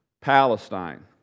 Palestine